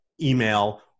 email